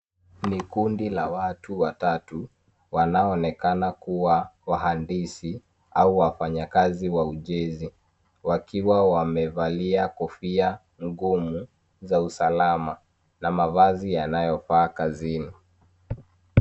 Ni kundi la watu watatu wanaoonekana kuwa wahandisi au wafanyakazi wa ujenzi wakiwa wamevalia kofia ngumu za usalama na mavazi yanayofaa kazini